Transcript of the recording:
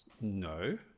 No